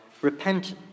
repentance